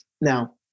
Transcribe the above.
Now